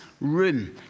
room